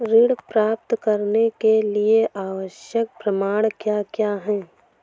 ऋण प्राप्त करने के लिए आवश्यक प्रमाण क्या क्या हैं?